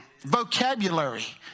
vocabulary